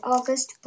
August